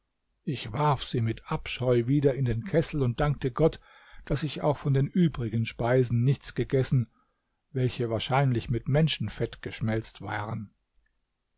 ich warf sie mit abscheu wieder in den kessel und dankte gott daß ich auch von den übrigen speisen nichts gegessen weiche wahrscheinlich mit menschenfett geschmälzt waren